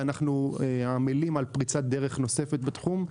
ואנחנו עמלים על פריצת דרך נוספת בתחום.